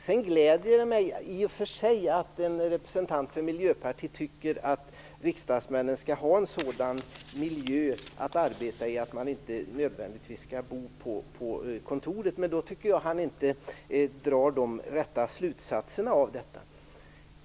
Sedan gläder det mig i och för sig att en representant för Miljöpartiet tycker att riksdagsmännen skall ha en sådan miljö att arbeta i att de inte nödvändigtvis skall bo på kontoret. Men Peter Eriksson drar inte de rätta slutsatserna av detta.